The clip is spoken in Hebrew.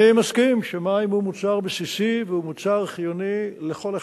אני מסכים שמים הם מוצר בסיסי ומוצר חיוני לכל אחד,